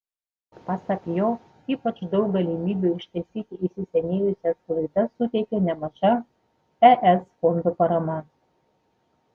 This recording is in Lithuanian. pasak jo ypač daug galimybių ištaisyti įsisenėjusias klaidas suteikė nemaža es fondų parama